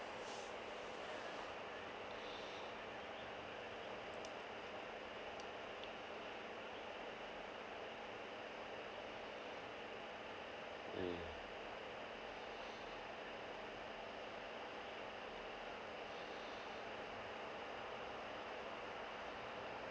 mm